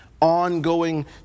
ongoing